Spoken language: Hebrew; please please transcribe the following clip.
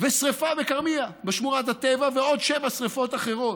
ושרפה בכרמיה, בשמורת הטבע, ועוד שבע שרפות אחרות.